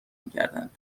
میکردند